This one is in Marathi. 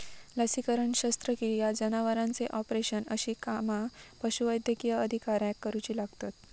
लसीकरण, शस्त्रक्रिया, जनावरांचे ऑपरेशन अशी कामा पशुवैद्यकीय अधिकाऱ्याक करुची लागतत